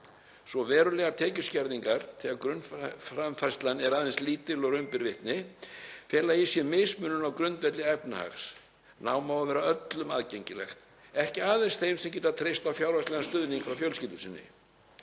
að verulegar tekjuskerðingar, þegar grunnframfærslan er jafn lítil og raun ber vitni, fela í sér mismunun á grundvelli efnahags. Nám á að vera öllum aðgengilegt en ekki aðeins þeim sem geta treyst á fjárhagslegan stuðning frá fjölskyldu sinni.